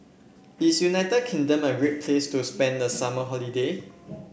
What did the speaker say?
is United Kingdom a great place to spend the summer holiday